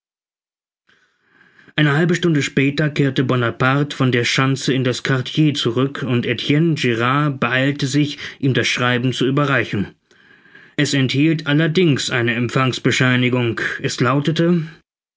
eine halbe stunde später kehrte bonaparte von der schanze in das quartier zurück und etienne girard beeilte sich ihm das schreiben zu überreichen es enthielt allerdings eine empfangsbescheinigung es lautete